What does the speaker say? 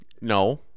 No